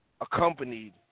accompanied